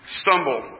stumble